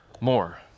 more